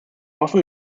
hoffen